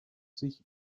sich